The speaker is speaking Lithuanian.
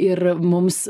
ir mums